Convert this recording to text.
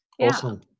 Awesome